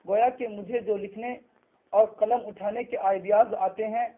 گویا کہ مجھے جو لکھنے اور قلم اٹھانے کے آئیڈیاز آتے ہیں